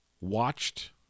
watched